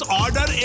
order